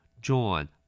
John